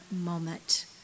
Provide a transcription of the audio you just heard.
moment